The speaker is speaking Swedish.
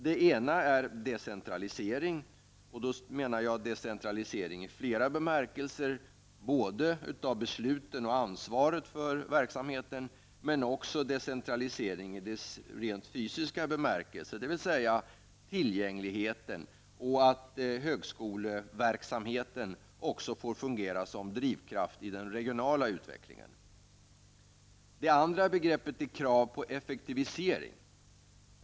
Den ena är decentralisering, och då menar jag decentralisering i flera bemärkelser -- både av besluten om och ansvaret för verksamheten och decentralisering i dess rent fysiska bemärkelse, dvs. tillgängligheten och högskoleverksamheten såsom drivkraft i den regionala verksamheten. Den frågan är krav på effektivisering.